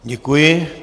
Děkuji.